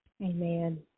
Amen